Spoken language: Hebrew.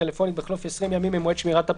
הטלפונית בחלוף 20 ימים ממועד שמירת הפרטים,